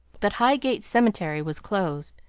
but highgate cemetery was closed.